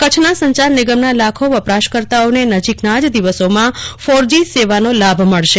કચ્છના સંચાર નિગમના લાખો વપરાશકર્તાઓને નજીકના જ દિવસોમાં ફોર જી સેવાનો લાભ મળશે